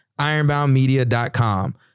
ironboundmedia.com